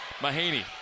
Mahaney